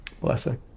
Blessing